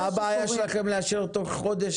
אבל מה הבעיה שלכם לאשר בתוך חודש?